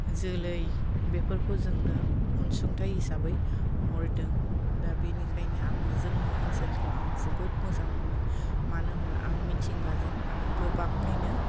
जोलै बेफोरखौ जोंनो अनसुंथाय हिसाबै हरदों दा बेनिखायनो आङो जोंनि ओनसोलखौ आं जोबोद मोजां मोनो मानो होनब्ला आं मिथिंगाजों गोबाङैनो